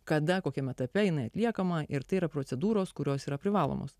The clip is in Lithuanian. kada kokiame etape jinai atliekama ir tai yra procedūros kurios yra privalomos